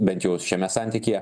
bent jau šiame santykyje